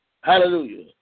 Hallelujah